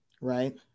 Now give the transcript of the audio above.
right